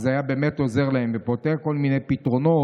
וזה היה באמת עוזר להן ונותן כל מיני פתרונות,